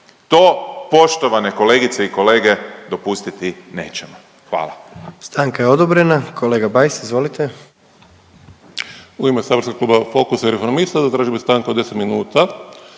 To poštovane kolegice i kolege dopustiti nećemo. Hvala.